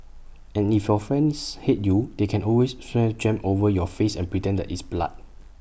and if your friends hate you they can always smear jam over your face and pretend that it's blood